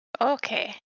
okay